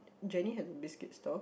Jenny has a biscuit store